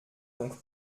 donc